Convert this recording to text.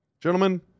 Gentlemen